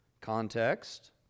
Context